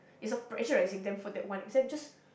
is of pressurising them for that one exam just